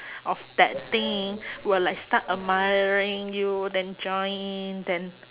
of that thing will like start admiring you then join in then